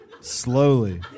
Slowly